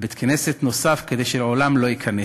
ובית-כנסת נוסף כדי שאליו לעולם לא אכנס.